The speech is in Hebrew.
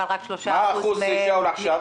אבל רק 3% מהן מתקבלות.